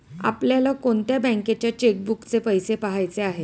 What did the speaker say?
आपल्याला कोणत्या बँकेच्या चेकबुकचे पैसे पहायचे आहे?